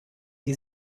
die